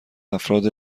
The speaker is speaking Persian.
افراد